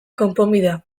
konponbidea